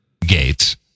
gates